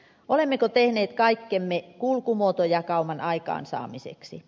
olemmeko tehneet kaikkemme kulkumuotojakauman aikaansaamiseksi